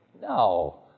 No